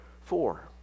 four